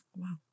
wow